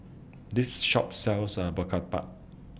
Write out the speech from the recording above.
This Shop sells A Murtabak